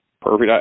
Perfect